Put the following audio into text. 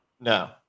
No